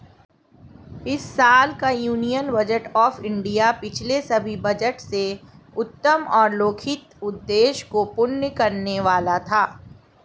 इस साल का यूनियन बजट ऑफ़ इंडिया पिछले सभी बजट से उत्तम और लोकहित उद्देश्य को पूर्ण करने वाला था